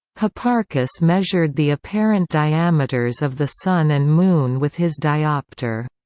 hipparchus measured the apparent diameters of the sun and moon with his diopter.